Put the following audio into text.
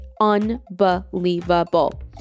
unbelievable